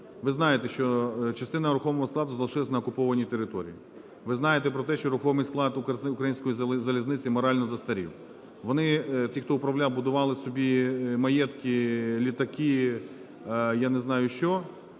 ви знаєте, що частина рухомого складу залишалася на окупованій території. Ви знаєте про те, що рухомий склад "Української залізниці" морально застарів. Вони, ті, хто управляв, будували собі маєтки, літаки, я не знаю що,